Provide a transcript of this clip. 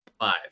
five